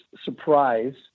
surprise